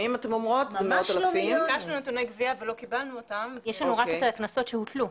יש לנו רק את הקנסות שהוטלו,